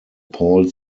paul